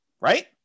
right